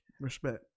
Respect